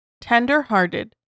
tender-hearted